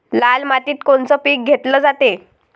लाल मातीत कोनचं पीक घेतलं जाते?